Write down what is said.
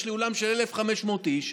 יש לי אולם של 1,500 איש,